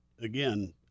again